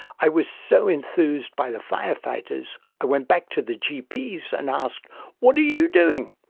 i was so enthused by the fire fighters i went back to the gps and asked what are you doing?